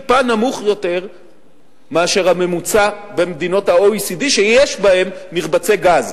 טיפה נמוך יותר מאשר הממוצע במדינות ה-OECD שיש בהן מרבצי גז.